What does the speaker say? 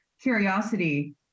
curiosity